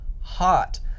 hot